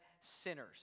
sinners